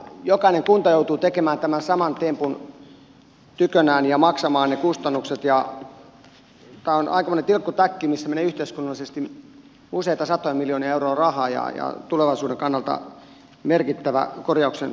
jokainen kunta joutuu tekemään tämän saman tempun tykönään ja maksamaan ne kustannukset ja tämä on aikamoinen tilkkutäkki missä menee yhteiskunnallisesti useita satoja miljoonia euroa rahaa ja tulevaisuuden kannalta merkittävä korjauksen paikka